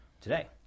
today